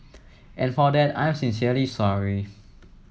and for that I'm sincerely sorry